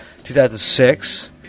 2006